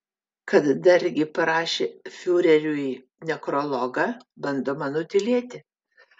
kad dargi parašė fiureriui nekrologą bandoma nutylėti